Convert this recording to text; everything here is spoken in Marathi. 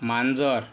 मांजर